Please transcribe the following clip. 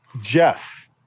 Jeff